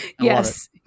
Yes